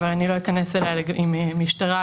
עם המשטרה,